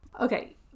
Okay